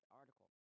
article